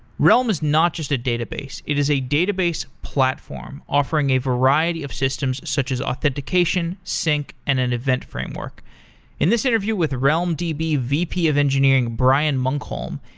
realm is not just a database it is a database platform offering a variety of systems such authentication, sync, and an event framework in this interview with realmdb vp vp of engineering, brian munkholm,